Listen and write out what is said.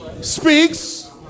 speaks